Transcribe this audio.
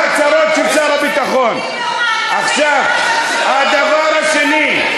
עכשיו הדבר השני.